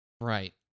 right